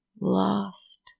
Lost